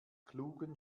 klugen